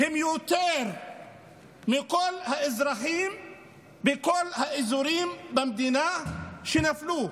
הם יותר מכל האזרחים בכל האזורים במדינה שנפלו.